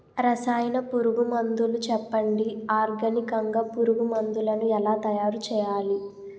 రసాయన పురుగు మందులు చెప్పండి? ఆర్గనికంగ పురుగు మందులను ఎలా తయారు చేయాలి?